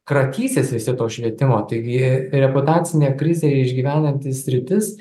kratysis visi to švietimo taigi reputacinę krizę išgyvenanti sritis